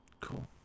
cool